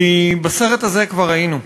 כי בסרט הזה כבר היינו.